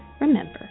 Remember